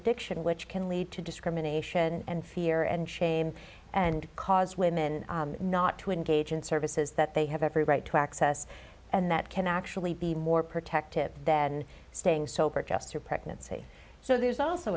addiction which can lead to discrimination and fear and shame and cause women not to engage in services that they have every right to access and that can actually be more protective than staying sober just her pregnancy so there's also